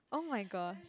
oh my god